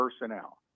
personnel